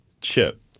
Chip